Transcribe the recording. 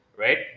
Right